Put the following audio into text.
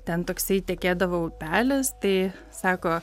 ten toksai tekėdavo upelis tai sako